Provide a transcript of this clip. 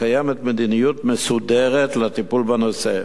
וקיימת מדיניות מסודרת לטיפול בנושא.